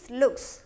looks